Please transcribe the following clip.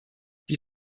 die